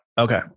Okay